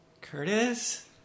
Curtis